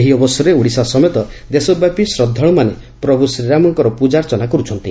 ଏହି ଅବସରରେ ଓଡ଼ଶା ସମେତ ଦେଶବ୍ୟାପୀ ଶ୍ରବ୍ବାଳୁମାନେ ପ୍ରଭୁ ରାମଚନ୍ଦ୍ରଙ୍କର ପୂଜାର୍ଚ୍ଚନା କରୁଛନ୍ତି